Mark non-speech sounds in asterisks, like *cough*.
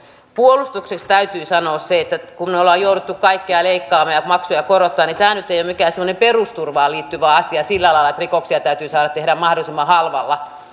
puolustukseksi täytyy sanoa se että kun ollaan jouduttu kaikkea leikkaamaan ja maksuja korottamaan niin tämä nyt ei ole mikään sellainen perusturvaan liittyvä asia sillä lailla että rikoksia täytyy saada tehdä mahdollisimman halvalla *unintelligible*